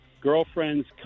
girlfriends